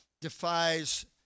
defies